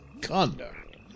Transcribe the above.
conduct